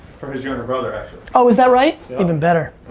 for his younger brother actually. oh is that right? even better.